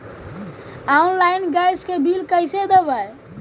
Online gas के bill कैसे देबै?